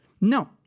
No